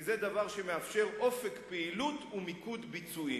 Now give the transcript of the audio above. כי זה דבר שמאפשר אופק פעילות ומיקוד ביצועים.